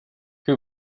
que